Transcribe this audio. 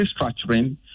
restructuring